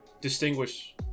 distinguish